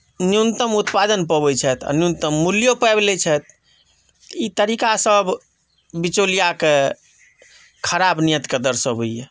न्यूनतम उत्पादन पबैत छथि आ न्यूनतम मूल्यो पाबि लैत छथि ई तरीकासभ बिचौलिआके खराब नियतकेँ दर्शबैए